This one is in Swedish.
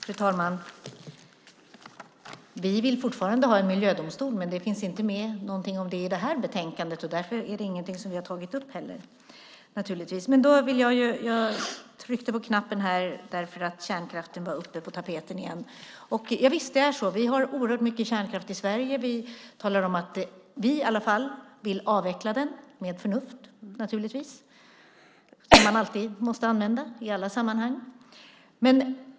Fru talman! Vi vill fortfarande ha en miljödomstol. Det finns dock inget om det i detta betänkande, så därför har vi inte tagit upp det. Jag tryckte på knappen för replik eftersom kärnkraften var på tapeten igen. Ja, vi har mycket kärnkraft i Sverige. Miljöpartiet vill avveckla den, med förnuft naturligtvis. Förnuft måste man använda i alla sammanhang.